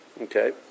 Okay